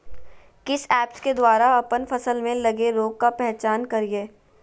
किस ऐप्स के द्वारा अप्पन फसल में लगे रोग का पहचान करिय?